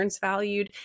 valued